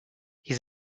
his